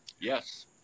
yes